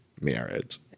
marriage